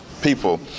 people